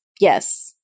Yes